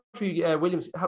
Williams